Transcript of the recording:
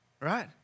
right